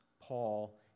Paul